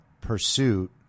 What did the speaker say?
pursuit